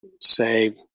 say